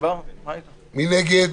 מי נגד?